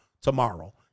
Tomorrow